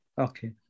Okay